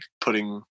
putting